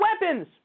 weapons